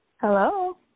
Hello